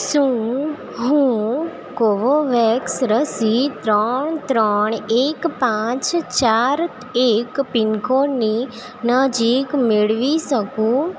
શું હું હું કોવોવેક્સ રસી ત્રણ ત્રણ એક પાંચ ચાર એક પિનકોડની નજીક મેળવી શકું